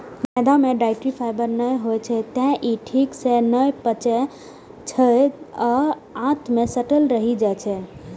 मैदा मे dietary fibre नै होइ छै, तें ई ठीक सं नै पचै छै आ आंत मे सटल रहि जाइ छै